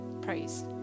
praise